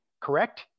correct